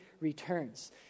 returns